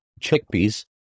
chickpeas